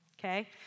okay